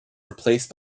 replaced